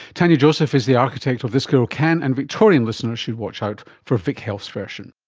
tanya joseph is the architect of this girl can, and victorian listeners should watch out for vic health's version